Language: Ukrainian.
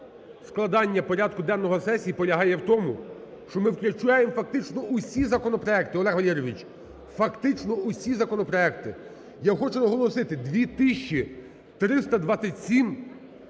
складання порядку денного сесії полягає в тому, що ми включаємо фактично усі законопроекти, Олег Валерійович, фактично усі законопроекти. Я хочу наголосити, 2 тисячі